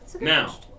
Now